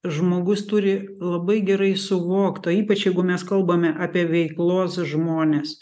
žmogus turi labai gerai suvokt tai ypač jeigu mes kalbame apie veiklos žmones